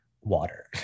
water